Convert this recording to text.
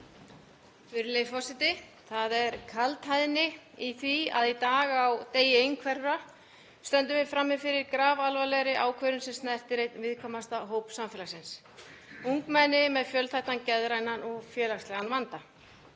Virðulegi forseti. Það er kaldhæðni í því að í dag, á degi einhverfra, stöndum við frammi fyrir grafalvarlegri ákvörðun sem snertir einn viðkvæmasta hóp samfélagsins, ungmenni með fjölþættan geðrænan og félagslegan vanda.